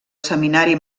seminari